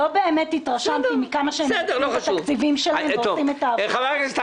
לא באמת התרשמתי מכמה שהם מנצלים את התקציבים שלהם ועושים את העבודה.